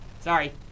Sorry